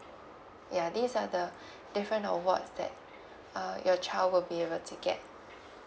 ya these are the different awards that uh your child will be able to get